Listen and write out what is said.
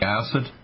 acid